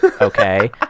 okay